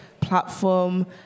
platform